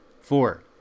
Four